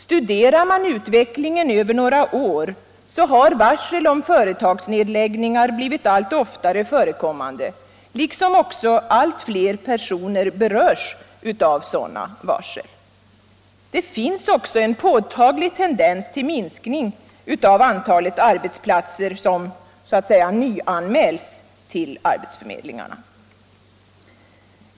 Studerar man utvecklingen över några år finner man att varsel om företagsnedläggningar blivit allt oftare förekommande liksom att allt fler personer berörs av sådana varsel. Det finns också en påtaglig tendens till minskning av antalet arbetsplatser som ”nyanmäls” till arbetsförmedlingarna.